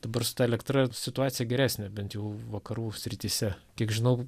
dabar su ta elektra situacija geresnė bent jau vakarų srityse kiek žinau